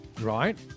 Right